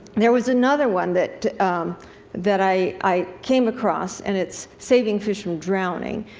there was another one that that i i came across, and it's saving fish from drowning.